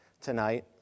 tonight